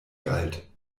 galt